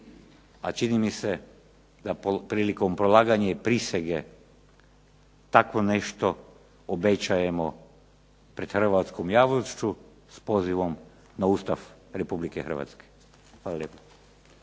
a čini mi se da prilikom polaganja i prisege tako nešto obećajemo pred hrvatskom javnošću, s pozivom na Ustav Republike Hrvatske. Hvala lijepa.